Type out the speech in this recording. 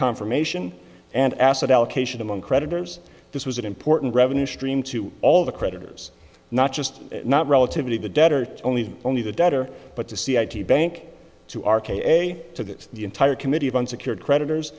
confirmation and asset allocation among creditors this was an important revenue stream to all the creditors not just not relativity the debtor to only only the debtor but to see id bank to r k to the entire committee of unsecured creditors